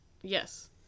yes